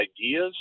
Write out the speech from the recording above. ideas